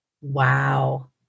Wow